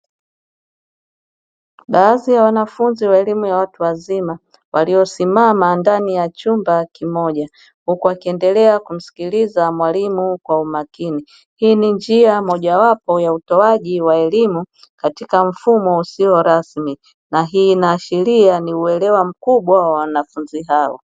Baadhi ya wanafunzi wa elimu ya watu wazima, waliosimama ndani ya chumba kimoja, huku wakiendelea kumsikiliza mwalimu kwa umakini. Hii ni njia mojawapo ya utoaji wa elimu katika mfumo usio rasmi na hii inaashiria ni uelewa mkubwa wa wanafunzi hao.